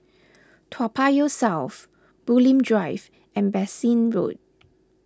Toa Payoh South Bulim Drive and Bassein Road